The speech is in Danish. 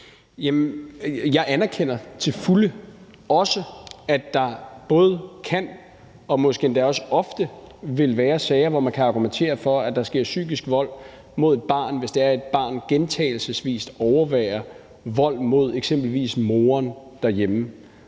Jeg anerkender til fulde også, at der både kan og måske endda også ofte vil være sager, hvor man kan argumentere for, at der sker psykisk vold mod et barn, hvis et barn gentagne gange overværer vold mod eksempelvis moderen derhjemme.